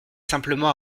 simplement